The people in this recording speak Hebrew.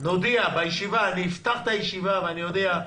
נודיע בישיבה, אני אפתח את הישיבה ואודיע: